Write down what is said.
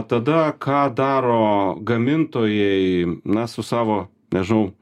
tada ką daro gamintojai na su savo nežinau